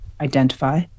identify